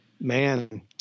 Man